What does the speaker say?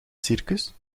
circus